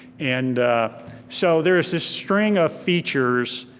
and so there's this string of features